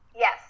Yes